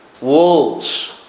wolves